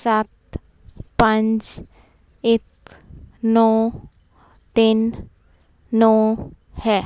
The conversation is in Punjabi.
ਸੱਤ ਪੰਜ ਇੱਕ ਨੌਂ ਤਿੰਨ ਨੌਂ ਹੈ